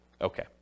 Okay